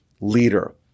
leader